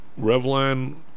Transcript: Revlon